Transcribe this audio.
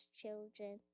children